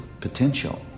potential